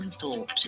thought